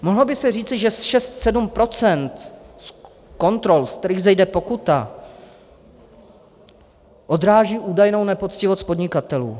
Mohlo by se říci, že šest sedm procent z kontrol, ze kterých vzejde pokuta, odráží údajnou nepoctivost podnikatelů.